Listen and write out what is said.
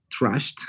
trashed